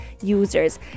users